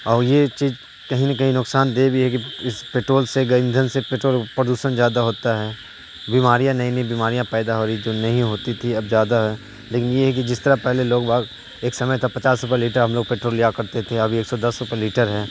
اور یہ چیز کہیں نہ کہیں نقصان دے بھی ہے کہ اس پیٹرول سے ایندھن سے پٹرول پردوشن زیادہ ہوتا ہے بیماریاں نئی نئی بیماریاں پیدا ہو رہی جو نہیں ہوتی تھی اب زیادہ ہے لیکن یہ ہے کہ جس طرح پہلے لوگ باگ ایک سمے تھا پچاس روپے لیٹر ہم لوگ پیٹرول لیا کرتے تھے اب ایک سو دس روپے لیٹر ہے